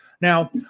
Now